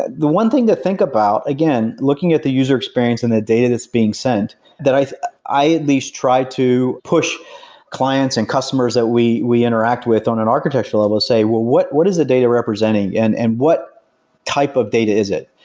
the one thing to think about, again looking at the user experience and the data that's being sent that i at least try to push clients and customers that we we interact with on an architectural level say, well, what what is the data representing and and what type of data is it?